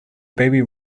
baby